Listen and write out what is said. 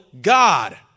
God